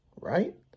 right